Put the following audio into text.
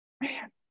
Man